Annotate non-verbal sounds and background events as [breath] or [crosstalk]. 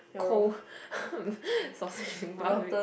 cold [breath] one week